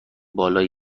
بالای